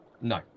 No